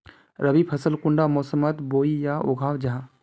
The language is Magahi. रवि फसल कुंडा मोसमोत बोई या उगाहा जाहा?